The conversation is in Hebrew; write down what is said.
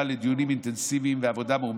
לדיונים אינטנסיביים ועבודה מאומצת,